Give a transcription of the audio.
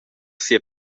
sia